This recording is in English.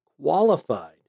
qualified